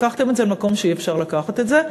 לקחתם את זה למקום שאי-אפשר לקחת את זה,